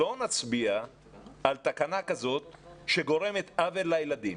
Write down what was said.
לא נצביע על תקנה כזאת שגורמת עוול לילדים.